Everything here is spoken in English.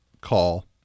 call